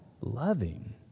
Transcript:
loving